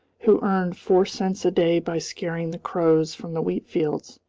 who earned four cents a day by scaring the crows from the wheat fields.